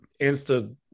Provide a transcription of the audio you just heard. insta